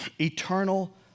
Eternal